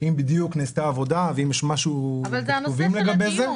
אם בדיוק נעשתה עבודה ואם יש עדכונים לגבי זה.